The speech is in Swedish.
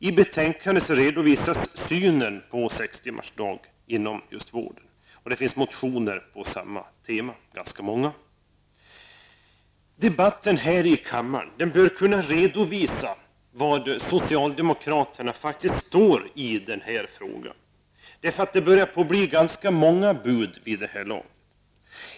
I betänkandet redovisas synen på sextimmarsdag inom just vårdsektorn. Det finns ganska många motioner som behandlar samma tema. Debatten här i kammaren bör kunna redovisa var socialdemokraterna står i den här frågan. Det börjar nämligen bli ganska många bud vid det här laget.